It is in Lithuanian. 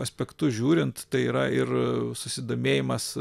aspektu žiūrint tai yra ir susidomėjimas